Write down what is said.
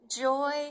joy